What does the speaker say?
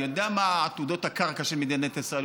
יודע מה עתודות הקרקע של מדינת ישראל,